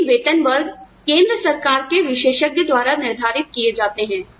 लेकिन वेतन वर्ग केंद्र सरकार के विशेषज्ञ द्वारा निर्धारित किए जाते हैं